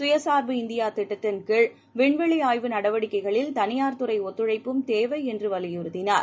சுயசார்பு இந்தியா திட்டத்தின் கீழ் வின்வெளி ஆய்வு நடவடிக்கைகளில் தனிபார் துறை ஒத்தழைட்பும் தேவை என்று வலியுறுத்தினார்